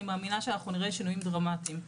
אני מאמינה שאנחנו נראה שינויים דרמטיים.